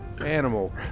animal